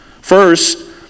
First